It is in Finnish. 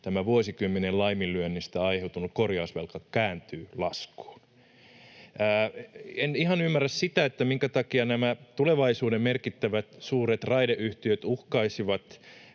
vuosikymmenien laiminlyönneistä aiheutunut korjausvelka kääntyy laskuun. En ihan ymmärrä, minkä takia nämä tulevaisuuden merkittävät suuret raideyhtiöt uhkaisivat